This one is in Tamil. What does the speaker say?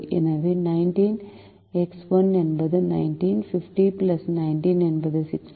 எனவே 19x1 என்பது 19 50 19 என்பது 69